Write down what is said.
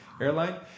airline